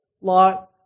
lot